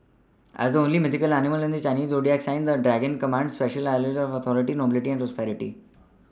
as the only mythical animal in the Chinese zodiac the dragon commands a special allure of authority nobility and prosperity